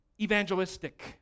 evangelistic